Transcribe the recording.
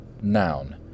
noun